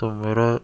تو میرا